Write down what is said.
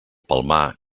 palmar